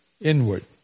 inward